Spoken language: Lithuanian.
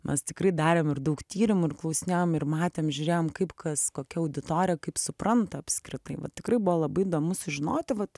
mes tikrai darėm ir daug tyrimų ir klausinėjom ir matėm žiūrėjom kaip kas kokia auditorija kaip supranta apskritai vat tikrai buvo labai įdomu sužinoti vat